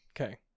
Okay